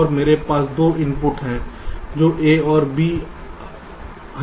और मेरे पास 2 इनपुट हैं जो A और B आ रहे हैं